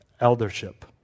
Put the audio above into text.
eldership